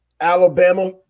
Alabama